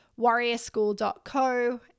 warriorschool.co